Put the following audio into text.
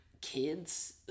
kids